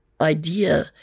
idea